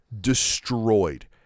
destroyed